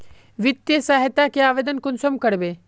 वित्तीय सहायता के आवेदन कुंसम करबे?